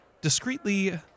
discreetly